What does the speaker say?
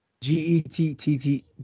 G-E-T-T-T